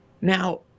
Now